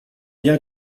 bien